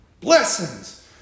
blessings